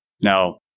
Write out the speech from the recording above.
now